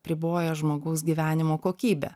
riboja žmogaus gyvenimo kokybę